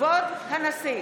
כבוד הנשיא!